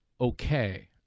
okay